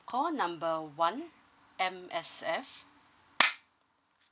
call number one M_S_F